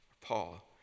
Paul